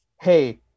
Hey